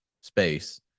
space